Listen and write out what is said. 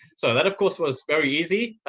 so that, of course, was very easy.